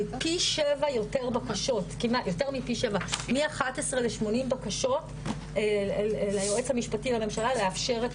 כי יותר מפי 7 מ-11 ל-80 בקשות ליועץ המשפטי לממשלה לאפשר את